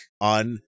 on